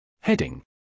Heading